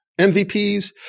MVPs